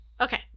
Okay